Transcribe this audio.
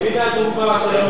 הנה הדוגמה לדמוקרטיה.